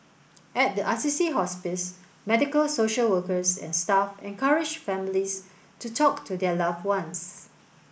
at the Assisi Hospice medical social workers and staff encourage families to talk to their loved ones